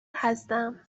هستم